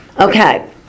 okay